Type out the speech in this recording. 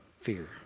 fear